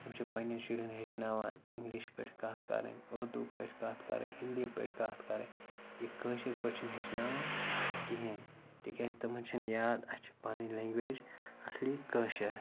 تِم چھِ پنٛنٮ۪ن شُرٮ۪ن ہیٚچھناوان اِنٛگلِش پٲٹھۍ کَتھ کَرٕنۍ اُردو پٲٹھۍ کَتھ کَرٕنۍ ہِندی پٲٹھۍ کَتھ کَرٕنۍ یہِ کٲشِر پٲٹھۍ چھِنہٕ ہیٚچھناوان کِہیٖنۍ تِکیٛازِ تِمَن چھِنہٕ یاد اَسہِ چھِ پَنٕنۍ لینٛگویج اَصلی کٲشِر